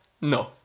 No